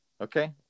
Okay